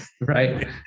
right